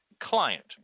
client